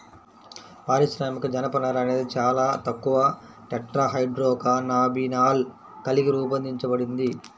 పారిశ్రామిక జనపనార అనేది చాలా తక్కువ టెట్రాహైడ్రోకాన్నబినాల్ కలిగి రూపొందించబడింది